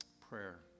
Prayer